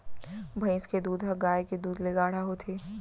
भईंस के दूद ह गाय के दूद ले गाढ़ा होथे